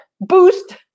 boost